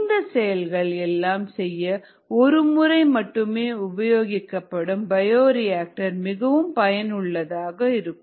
இந்த செயல்கள் எல்லாம் செய்ய ஒரு முறை மட்டுமே உபயோகப்படும் பயோரியாக்டர் மிகவும் பயனுள்ளதாக இருக்கும்